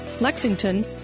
Lexington